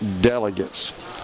delegates